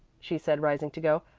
she said rising to go,